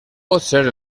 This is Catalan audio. potser